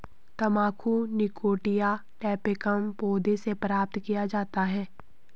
तंबाकू Nicotiana tabacum पौधे से प्राप्त किया जाता है